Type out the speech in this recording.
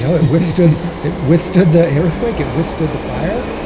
so it withstood it withstood the earthquake. it withstood the fire.